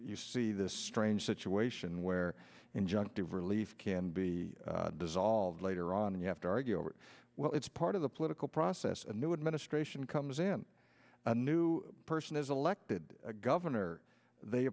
you see this strange situation where injunctive relief can be dissolved later on you have to argue over well it's part of the political process a new administration comes in a new person is elected governor they